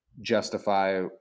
justify